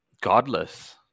Godless